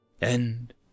End